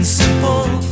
simple